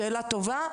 שאלה טובה.